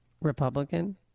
Republican